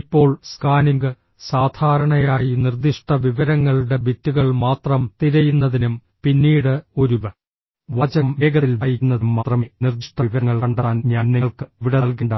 ഇപ്പോൾ സ്കാനിംഗ് സാധാരണയായി നിർദ്ദിഷ്ട വിവരങ്ങളുടെ ബിറ്റുകൾ മാത്രം തിരയുന്നതിനും പിന്നീട് ഒരു വാചകം വേഗത്തിൽ വായിക്കുന്നതിനും മാത്രമേ നിർദ്ദിഷ്ട വിവരങ്ങൾ കണ്ടെത്താൻ ഞാൻ നിങ്ങൾക്ക് ഇവിടെ നൽകേണ്ട